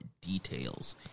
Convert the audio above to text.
details